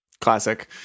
Classic